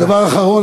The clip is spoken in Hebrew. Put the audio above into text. והדבר האחרון,